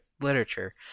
literature